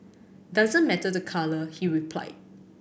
doesn't matter the colour he replied